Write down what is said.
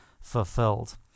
fulfilled